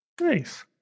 Nice